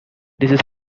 this